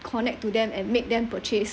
connect to them and make them purchase